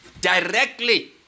directly